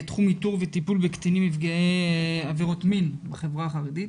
זה תחום איתור וטיפול בקטינים נפגעי עבירות מין בחברה החרדית.